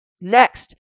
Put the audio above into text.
Next